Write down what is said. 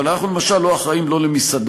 אבל אנחנו, למשל, לא אחראים לא למסעדות